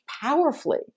powerfully